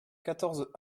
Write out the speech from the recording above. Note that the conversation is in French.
quatorze